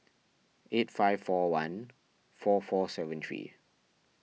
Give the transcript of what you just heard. eight five four one four four seven three